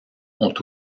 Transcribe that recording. ont